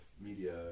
media